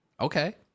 Okay